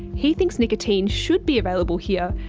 he thinks nicotine should be available here.